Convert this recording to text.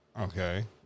Okay